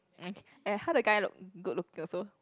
!aiya! how the guy look good looking also